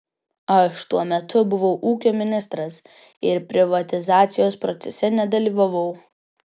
aš tuo metu buvau ūkio ministras ir privatizacijos procese nedalyvavau